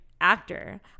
actor